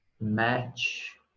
match